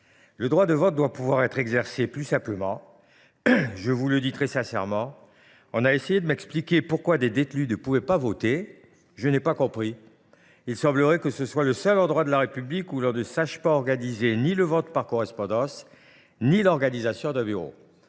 Le droit de vote doit pouvoir être exercé plus simplement. Je vous le dis très sincèrement, on a essayé de m’expliquer pourquoi des détenus ne pouvaient pas voter, je n’ai pas compris. Il semblerait que ce soit le seul endroit de la République où l’on ne sache pas organiser ni le vote par correspondance ni l’organisation d’un bureau.